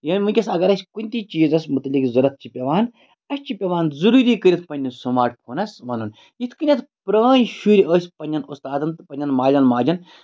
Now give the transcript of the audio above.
یعنی وٕنکیٚس اگر اَسہِ کُنہِ تہِ چیٖزَس مُتعلِق ضوٚرَتھ چھِ پیٚوان اَسہِ چھِ پیٚوان ضوٚروٗری کٔرِتھ پنٛنِس سٕماٹ فونَس وَنُن یِتھ کٔنیٚتھ پرٛٲنۍ شُرۍ ٲسۍ پنٛنیٚن اُستادَن تہٕ پنٛنیٚن مالیٚن ماجیٚن